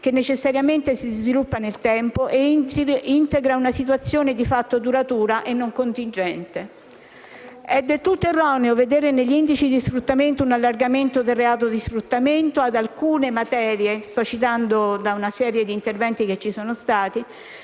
che necessariamente si sviluppa nel tempo e integra una situazione di fatto duratura e non contingente. È del tutto erroneo vedere negli indici di sfruttamento un allargamento del reato di sfruttamento «ad alcune materie di competenza della contrattazione collettiva,